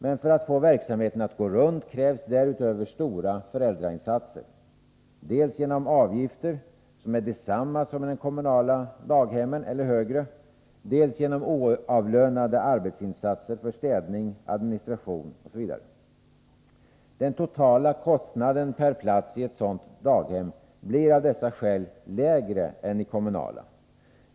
Men för att få verksamheten att gå runt krävs därutöver stora föräldrainsatser, dels genom avgifter som är desamma som i kommunala daghem eller högre, dels genom oavlönade arbetsinsatser för städning, administration osv. Den totala kostnaden per plats i ett sådant daghem blir av dessa skäl lägre än i kommunala daghem.